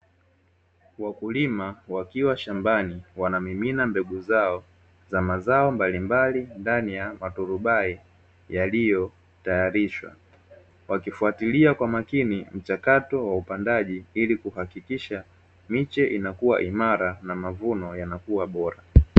Wakulima wakiwa shambani wanamimina mbegu zao za mazao mbalimbali ndani ya maturubai yaliyo taharishwa wakifatilia kwa makini mchakato wa upandaji ili kuhakikisha miche inakua imara na mavuno yanakuwa bora.